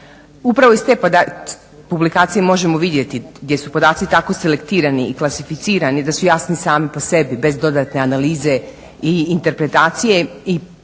Upravo iz te publikacije možemo vidjeti gdje su podaci tako selektirani i klasificirani da su jasni sami po sebi bez dodatne analize i interpretacije i upravo